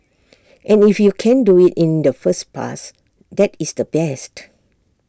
and if you can do IT in the first pass that is the best